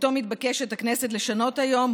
שאותו מתבקשת הכנסת לשנות היום,